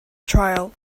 trail